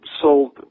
sold